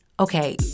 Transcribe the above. Okay